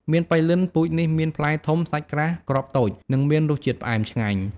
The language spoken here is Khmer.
មៀនប៉ៃលិន ពូជនេះមានផ្លែធំ សាច់ក្រាស់ គ្រាប់តូច និងមានរសជាតិផ្អែមឆ្ងាញ់។